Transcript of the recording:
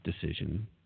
decision